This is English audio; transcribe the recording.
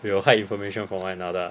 will hide information from one another ah